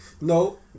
No